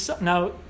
now